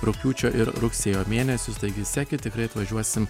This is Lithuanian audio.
rugpjūčio ir rugsėjo mėnesius taigi sekit tikrai atvažiuosim